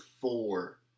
four